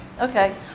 Okay